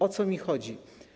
O co mi chodzi?